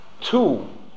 Two